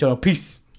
Peace